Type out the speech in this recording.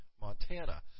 Montana